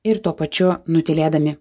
ir tuo pačiu nutylėdami